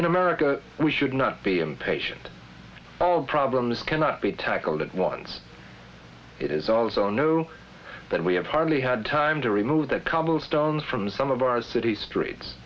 in america we should not be impatient all the problems cannot be tackled at once it is also know that we have hardly had time to remove the cobblestones from some of our city streets